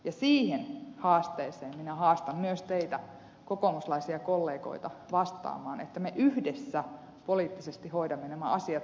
ja siihen haasteeseen minä haastan myös teitä kokoomuslaisia kollegoita vastaamaan että me yhdessä poliittisesti hoidamme nämä asiat vihdoin ja viimein kuntoon